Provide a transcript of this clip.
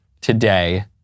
Today